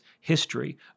history